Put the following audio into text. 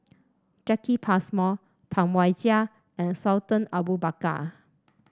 Jacki Passmore Tam Wai Jia and Sultan Abu Bakar